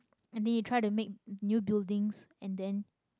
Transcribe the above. and then you try to make new buildings and then